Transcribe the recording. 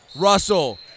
Russell